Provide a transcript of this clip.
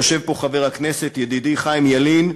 יושב פה חבר הכנסת ידידי חיים ילין,